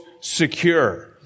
secure